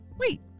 wait